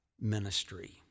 ministry